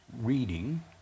reading